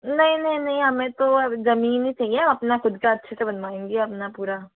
नहीं नहीं नहीं हमें तो अब जमीन ही चाहिए अपना खुद का अच्छे से बनवाएंगे अपना पूरा